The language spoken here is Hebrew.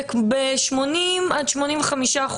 וב-80% עד 85%,